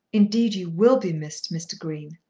indeed you will be missed, mr. green.